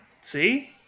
See